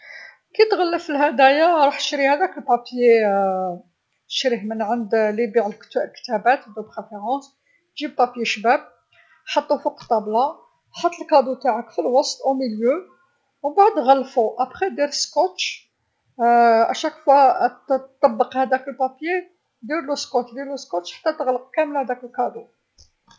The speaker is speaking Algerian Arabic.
﻿كتغلف الهدايا روح شري هذاك البابيي شريه من عند ليبيعو الك-كتابات دو بريفيرونس، جيب بابيي شباب حطو فوق الطابلة، حط الكادو نتاعك في الوسط او ميليو، امبعد غلفو ابري دير سكوتش اشاك فوا ط-طبق هذاك البابيي ديرلو سكوتش ديرلو سكتش حتى تغلق كامل هذاك الهديه.